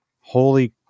holy